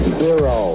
zero